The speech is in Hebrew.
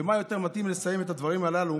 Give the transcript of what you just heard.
ומה יותר מתאים לסיים את הדברים הללו